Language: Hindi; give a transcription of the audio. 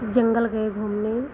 जंगल गए घूमने